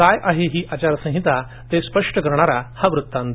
काय आहे ही आचार संहिता ते स्पष्ट करणारा हा वृत्तांत